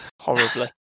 horribly